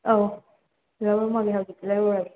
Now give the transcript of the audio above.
ꯑꯧ ꯂꯩꯔꯝꯃꯒꯦ ꯍꯧꯖꯤꯛ ꯂꯩꯔꯨꯔꯒꯦ